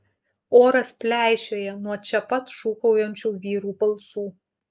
oras pleišėja nuo čia pat šūkaujančių vyrų balsų